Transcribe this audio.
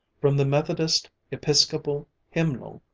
from the methodist episcopal hymnal,